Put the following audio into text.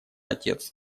отец